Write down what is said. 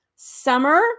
Summer